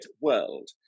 World